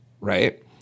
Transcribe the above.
right